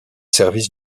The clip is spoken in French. services